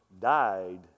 died